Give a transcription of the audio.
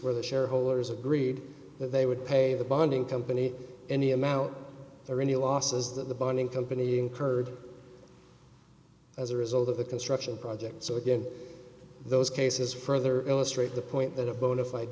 where the shareholders agreed that they would pay the bonding company any amount or any losses that the bonding company incurred as a result of the construction project so again those cases further illustrate the point that a bonafide